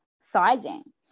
sizing